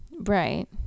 Right